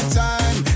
time